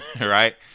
right